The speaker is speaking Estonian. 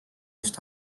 just